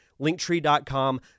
Linktree.com